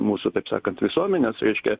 mūsų taip sakant visuomenės reiškia